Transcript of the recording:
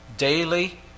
Daily